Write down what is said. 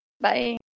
Bye